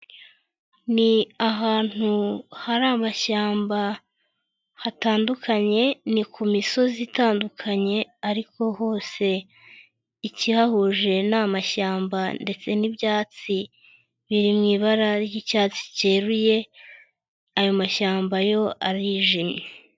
Ni ahantu hari amashyamba hatandukanye, ni ku misozi itandukanye ariko hose ikihahuje ni amashyamba ndetse n'ibyatsi, biri mu ibara ry'icyatsi cyeruye, ayo mashyamba yo arijimye.